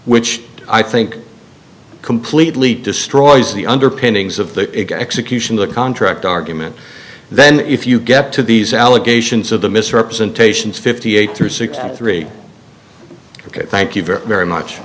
which i think completely destroys the underpinnings of the execution of the contract argument then if you get to these allegations of the misrepresentations fifty eight through sixty three ok thank you very